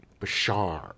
Bashar